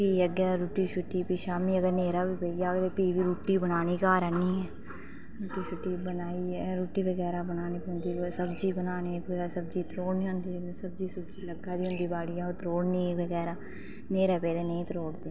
फ्ही अग्गै रुट्टी शुट्टी शामी अगर न्हेरा बी पेई जाग ते फिह् बी रुट्टी बनानी घर आह्नियै रुट्टी शुट्टी बनाइयै रुट्टी बगेरा बनानी पोंदी सब्जी बनानी कुतै सब्जी तरोडनी होंदी सब्जी लग्गा दी होंदी बाहर बाडियां ओह् तरोडिनी बगेरा न्हेरा पेदे नेईं तरोङदे